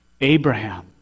Abraham